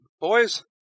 boys